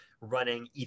running